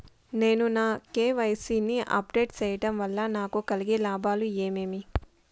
నేను నా కె.వై.సి ని అప్ డేట్ సేయడం వల్ల నాకు కలిగే లాభాలు ఏమేమీ?